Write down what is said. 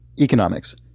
economics